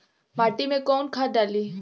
माटी में कोउन खाद डाली?